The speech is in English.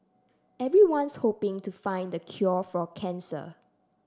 everyone's hoping to find the cure for cancer